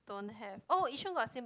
don't have oh yishun got cin~